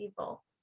evil